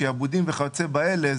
שעבודים וכיוצא באלה.